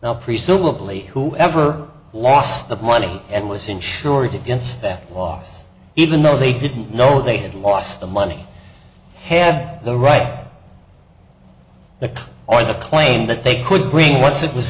now presumably whoever lost the money and was insured against that lost even though they didn't know they had lost the money had the right the clue or the claim that they could bring once it was